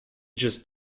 just